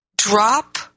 Drop